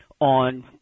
on